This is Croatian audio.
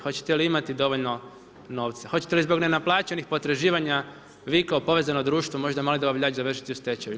Hoćete li imati dovoljno novca, hoćete li zbog nenaplaćenih potraživanja vi kao povezano društvo možda mali dobavljač završit u stečaju?